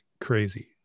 crazy